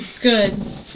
Good